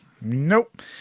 Nope